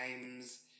times